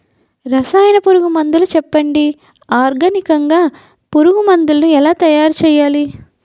రసాయన పురుగు మందులు చెప్పండి? ఆర్గనికంగ పురుగు మందులను ఎలా తయారు చేయాలి?